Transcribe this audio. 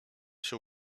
się